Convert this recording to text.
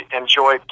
enjoy